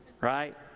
right